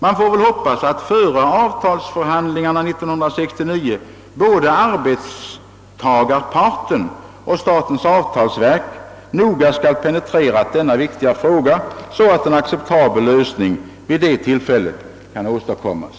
Man får väl hoppas att före avtalsförhandlingarna 1969 både arbetstagarparten och statens avtalsverk noga skall ha penetrerat denna viktiga fråga, så att en acceptabel lösning vid det tillfället kan åstadkommas.